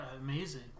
amazing